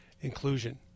inclusion